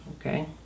Okay